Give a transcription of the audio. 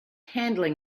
handling